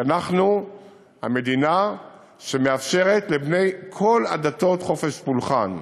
כי אנחנו המדינה שמאפשרת לבני כל הדתות חופש פולחן,